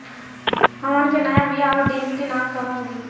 हमन के नया बीया आउरडिभी के नाव कहवा मीली?